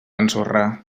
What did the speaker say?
ensorrar